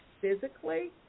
physically